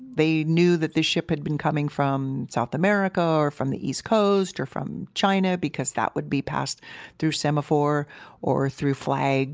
they knew that the ship had been coming from south america, or from the east coast, or from china because that would be passed through semaphore or through flags